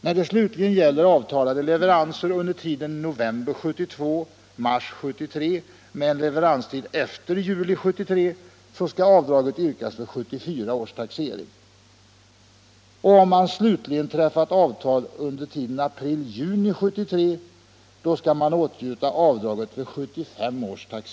När det slutligen gäller avtalade leveranser under tiden november 1972-mars 1973 med en leveranstid efter juli 1973, skall avdraget yrkas vid 1974 års taxering. Om man slutligen träffat avtal under tiden april-juni 1973, skall man åtnjuta avdraget vid 1975 års taxering.